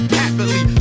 happily